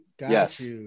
Yes